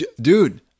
Dude